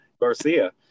Garcia